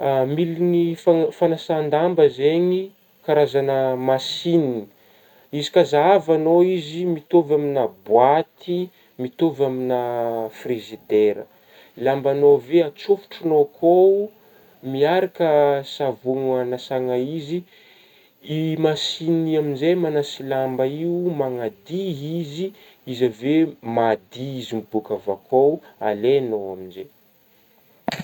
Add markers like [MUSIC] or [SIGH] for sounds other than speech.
[HESITATION] Miligny fa-fanasan-damba zegny karazagna masinigna izy ka zahavagnao mitovy aminah bôaty mitovy aminah [HESITATION] frizidera, lambagnao avy eo atsofotrignao akao miaraka savogny anasagna izy i-masinigny amin'zegny manasa lamba io manadiy izy ,izy aveo madiy izy mibôaka avy akeo alaignao amin'izegny.